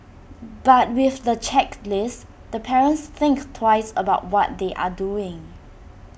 but with the checklist the parents think twice about what they are doing